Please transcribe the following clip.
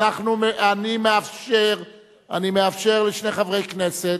אני מאפשר לשני חברי כנסת,